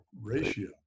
ratio